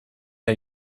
hay